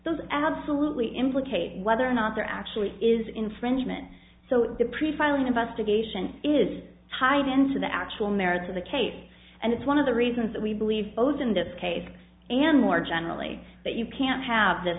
those absolutely implicate whether or not there actually is infringement so the pre filing investigation is heightened to the actual merits of the case and it's one of the reasons that we believe those in dip case and more generally that you can't have this